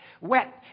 wet